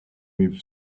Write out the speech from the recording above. with